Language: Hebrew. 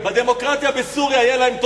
בדמוקרטיה בסוריה יהיה להם,